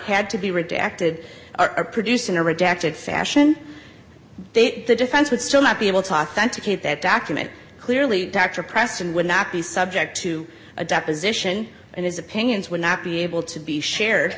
had to be redacted are produced in a rejected fashion date the defense would still not be able to authenticate that document clearly dr preston would not be subject to a deposition and his opinions would not be able to be shared